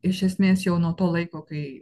iš esmės jau nuo to laiko kai